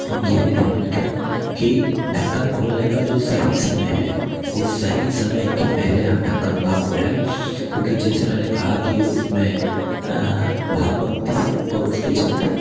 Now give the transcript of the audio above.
हम यह भी ध्यान रखें कि ढक्कन खोलने का जो सही समय है वो सही समय के पहले हम ढक्कन ना खोलें क्योंकि जैसे मैंने कहा कि उसमें भाप बनती है और उसके चलते